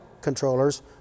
controllers